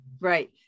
Right